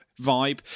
vibe